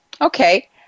Okay